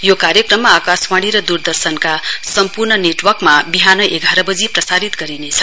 यो कार्यक्रम आकाशवाणी र द्रदर्शनका सम्पर्ण नेटवर्कमा बिहान एघार बजी प्रसारित गरिनेछ